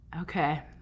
Okay